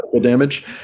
damage